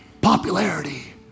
popularity